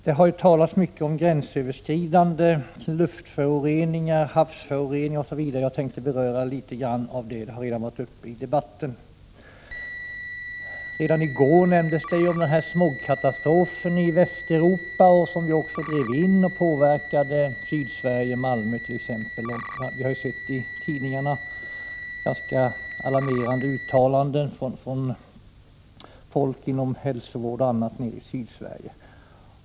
Det har talats mycket om gränsöverskridande luftföroreningar, havsföroreningar osv., och jag tänkte ta upp litet grand av dessa frågor. De har redan berörts något i debatten. Redan i går nämndes katastrofen med smogen i Västeuropa, vilken också drivit in över Sydsverige, bl.a. över Malmö. Vi har i tidningarna sett ganska alarmerande uttalanden om detta från folk bl.a. inom hälsovården i Sydsverige.